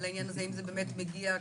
אם זה באמת מגיע,